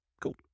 Cool